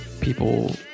People